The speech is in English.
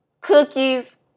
cookies